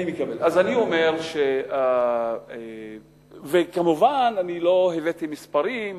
מובן שלא הבאתי מספרים.